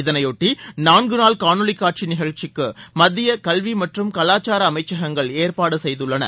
இதனைபொட்டி நான்கு நாள் காணொலி காட்சி நிகழ்ச்சிக்கு மத்திய கல்வி மற்றும் கலாசார அமைச்சகங்கள் ஏற்பாடு செய்துள்ளன